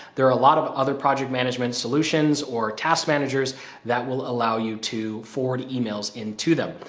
there are a lot of other project management solutions or task managers that will allow you to forward emails into them.